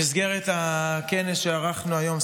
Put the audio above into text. במסגרת הכנס שערכנו היום,